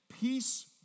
Peace